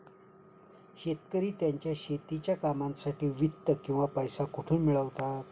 शेतकरी त्यांच्या शेतीच्या कामांसाठी वित्त किंवा पैसा कुठून मिळवतात?